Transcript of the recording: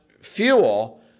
fuel